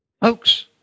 Folks